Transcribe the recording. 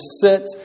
sit